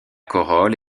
corolle